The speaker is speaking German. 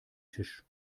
tisch